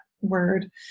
word